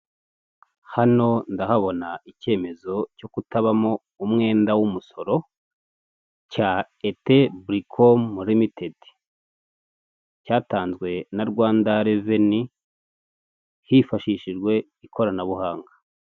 Hano ndahabona icyemezo cyo kutabamo umwenda w'umusoro cya ete bulicomu limitedi, cyatanzwe na Rwanda reveni hifashishijwe ikoranabuhanga.